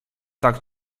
tak